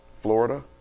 florida